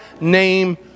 name